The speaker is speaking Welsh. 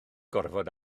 gorfod